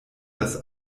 das